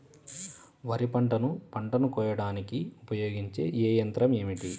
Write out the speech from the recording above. వరిపంటను పంటను కోయడానికి ఉపయోగించే ఏ యంత్రం ఏమిటి?